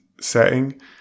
setting